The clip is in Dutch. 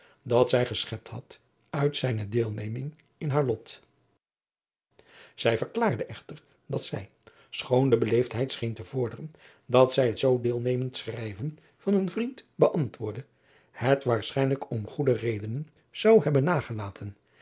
dat zij geschept had uit zijne deelneming in haar lot zij verklaarde echter dat zij schoon de beleefdheid scheen te vorderen dat zij het zoo deelnemend schrijven van eenen vriend beantwoordde het waarschijnlijk om goede redenen zou hebben nagelaten